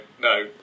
no